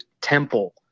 temple